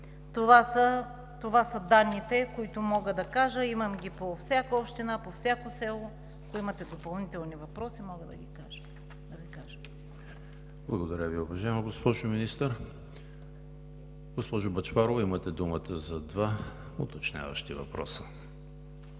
Това са данните, които мога да кажа. Имам ги по всяка община, по всяко село, ако имате допълнителни въпроси, мога да ги кажа. ПРЕДСЕДАТЕЛ ЕМИЛ ХРИСТОВ: Благодаря Ви, уважаема госпожо Министър. Госпожо Бъчварова, имате думата за два уточняващи въпроса.